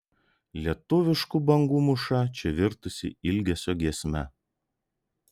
lietuviškų bangų mūša čia virtusi ilgesio giesme